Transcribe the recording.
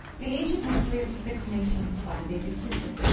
the ancient history of the six nations, by david cusick,